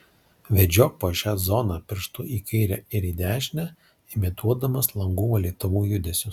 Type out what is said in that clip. vedžiok po šią zoną pirštu į kairę ir į dešinę imituodamas langų valytuvų judesius